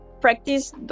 practice